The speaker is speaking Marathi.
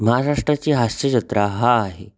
महाराष्ट्राची हास्य जत्रा हा आहे